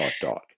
dot